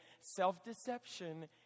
self-deception